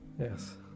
Yes